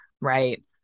Right